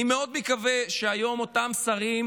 אני מאוד מקווה שהיום אותם שרים